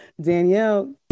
danielle